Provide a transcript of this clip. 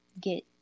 get